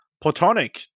Platonic